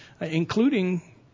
including